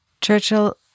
Churchill